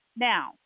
Now